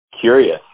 curious